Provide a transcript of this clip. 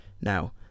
now